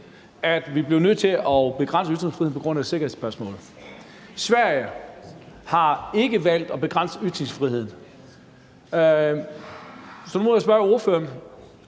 at vi bliver nødt til at begrænse ytringsfriheden på grund af et sikkerhedsspørgsmål. Sverige har ikke valgt at begrænse ytringsfriheden. Så nu må jeg spørge ordføreren: